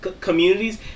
Communities